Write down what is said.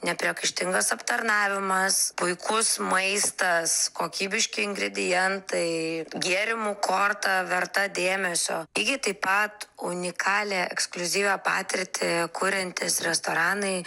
nepriekaištingas aptarnavimas puikus maistas kokybiški ingredientai gėrimų korta verta dėmesio lygiai taip pat unikalią ekskliuzyvią patirtį kuriantys restoranai